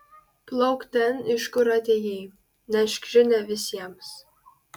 plauk ten iš kur atėjai nešk žinią visiems